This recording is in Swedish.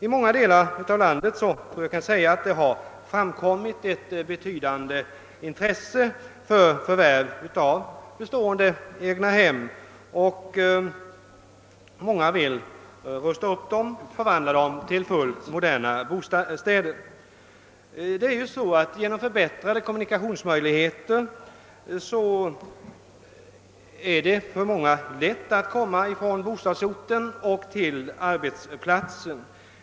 I många delar av landet har det framkommit ett betydande intresse för förvärv av bestående egnahem. Många vill rusta upp sådana och förvandla dem till fullt moderna bostäder. Genom förbättrade kommunikationsmöjligheter har det för många blivit lättare att färdas mellan bostadsorten och arbetsplatsen.